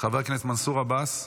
חבר הכנסת מנסור עבאס.